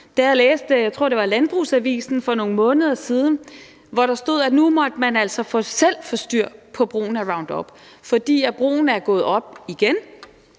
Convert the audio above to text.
som jeg tror det var, for nogle måneder siden, hvor der stod, at nu måtte man altså selv få styr på brugen af Roundup, for brugen er gået op igen.